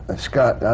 scott,